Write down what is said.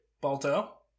Balto